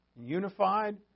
unified